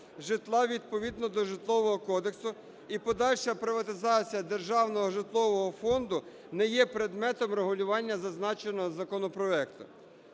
житла відповідно до Житлового кодексу і подальша приватизація державного житлового фонду не є предметом регулювання зазначеного законопроекту.